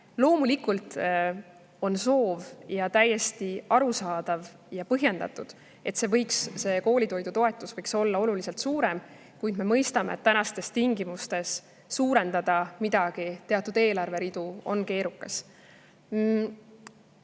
Loomulikult on soov – täiesti arusaadav ja põhjendatud –, et koolitoidutoetus võiks olla oluliselt suurem, kuid me ju mõistame, et tänastes tingimustes on teatud eelarveridu keerukas